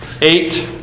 eight